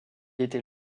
était